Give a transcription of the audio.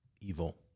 evil